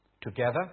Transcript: Together